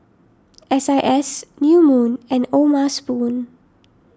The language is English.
S I S New Moon and O'ma Spoon